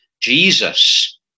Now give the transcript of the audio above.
Jesus